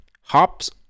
Hops